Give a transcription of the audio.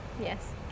yes